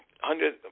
hundred